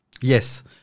yes